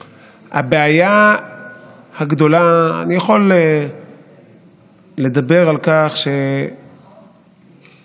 אני יכול לדבר על כך שהממשלה הזאת היא ממשלה